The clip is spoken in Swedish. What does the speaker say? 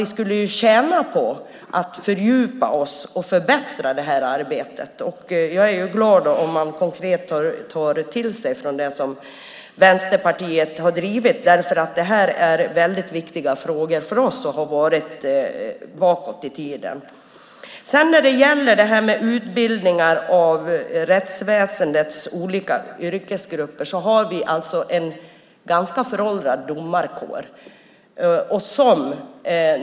Vi skulle alltså tjäna på att fördjupa oss och förbättra arbetet. Jag är glad om man konkret tar till sig det som Vänsterpartiet har drivit. Det här är viktiga frågor för oss, och det har det varit även bakåt i tiden. Vi har talat om utbildningar av rättsväsendets olika yrkesgrupper. Vi har en ganska föråldrad domarkår.